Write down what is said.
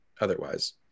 otherwise